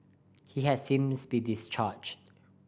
he has since be discharged